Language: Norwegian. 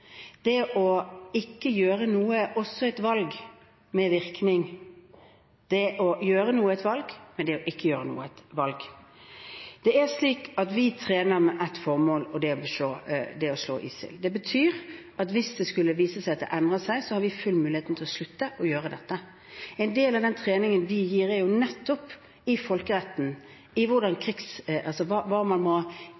Det å ikke gjøre noe er også et valg med virkning. Det å gjøre noe er et valg, og det å ikke gjøre noe er et valg. Vi trener med ett formål, og det er å slå ISIL. Det betyr at hvis det skulle vise seg at det endrer seg, så har vi full mulighet til å slutte å gjøre dette. En del av den treningen vi gir, er jo nettopp i folkeretten, hva man i